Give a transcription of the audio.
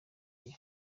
year